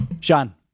Sean